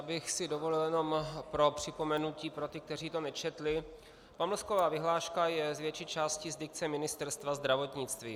Já bych si dovolil jenom pro připomenutí pro ty, kteří to nečetli, pamlsková vyhláška je z větší části z dikce Ministerstva zdravotnictví.